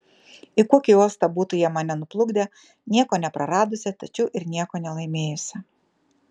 į kokį uostą būtų jie mane nuplukdę nieko nepraradusią tačiau ir nieko nelaimėjusią